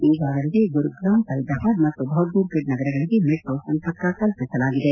ಈಗಾಗಲೇ ಗುರುಗ್ರಾಮ್ ಫರೀದಾಬಾದ್ ಮತ್ತು ಬಹದ್ಗೂರ್ಗಡ್ ನಗರಗಳಿಗೆ ಮೆಟ್ರೊ ಸಂಪರ್ಕ ಕಲ್ಪಿಸಲಾಗಿದೆ